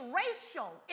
racial